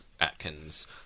Atkins